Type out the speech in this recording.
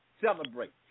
celebrate